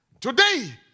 Today